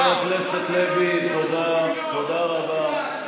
תודה רבה.